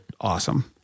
awesome